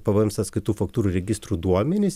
pvm sąskaitų faktūrų registrų duomenis